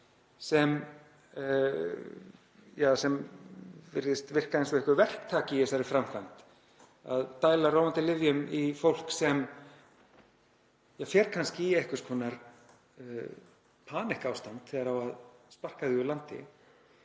sem virðist virka eins og einhver verktaki í þessari framkvæmd, að dæla róandi lyfjum í fólk sem fer kannski í einhvers konar panikástand þegar á að sparka því úr landi.